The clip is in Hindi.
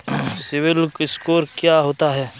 सिबिल स्कोर क्या होता है?